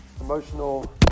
Emotional